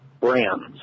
Brands